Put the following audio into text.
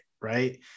right